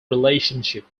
relationship